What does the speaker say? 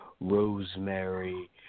rosemary